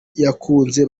yakunze